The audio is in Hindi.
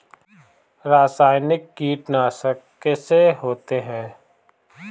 रासायनिक कीटनाशक कैसे होते हैं?